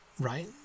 right